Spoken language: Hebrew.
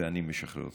ואני משחרר אותך.